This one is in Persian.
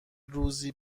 روزی